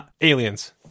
Aliens